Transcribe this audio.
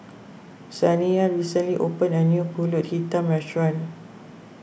Saniyah recently opened a new Pulut Hitam restaurant